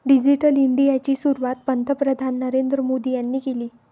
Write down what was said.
digital इंडियाची सुरुवात पंतप्रधान नरेंद्र मोदी यांनी केली